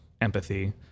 empathy